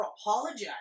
apologize